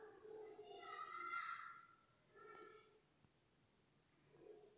प्रधानमंत्री आवास योजना में क्या क्या दस्तावेज लगते हैं?